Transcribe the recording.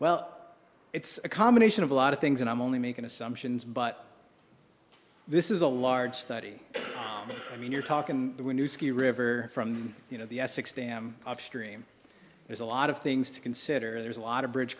well it's a combination of a lot of things and i'm only making assumptions but this is a large study i mean you're talking we're new ski river from you know the essex them upstream there's a lot of things to consider there's a lot of bridge